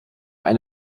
eine